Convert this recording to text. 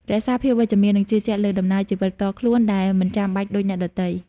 រក្សាភាពវិជ្ជមាន និងជឿជាក់លើដំណើរជីវិតផ្ទាល់ខ្លួនដែលមិនចាំបាច់ដូចអ្នកដទៃ។